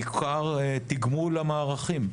בעיקר תגמול למערכים.